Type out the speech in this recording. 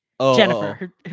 Jennifer